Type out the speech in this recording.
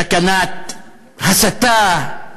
סכנת הסתה,